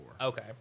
Okay